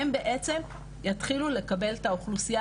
הן בעצם יתחילו לקבל את האוכלוסייה